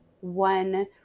one